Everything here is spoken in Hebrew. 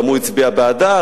גם הוא הצביע בעדה,